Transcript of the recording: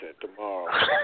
tomorrow